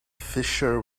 fissure